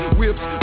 whips